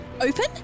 Open